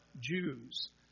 Jews